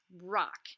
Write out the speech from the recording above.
Rock